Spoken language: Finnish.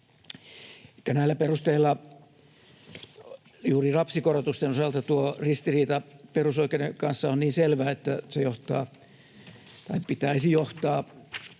Näillä perusteilla juuri lapsikorotusten osalta tuo ristiriita perusoikeuden kanssa on niin selvä, että sen pitäisi johtaa